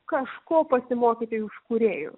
kažko pasimokyti iš kūrėjų